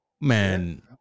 Man